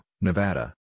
Nevada